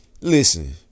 Listen